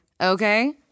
okay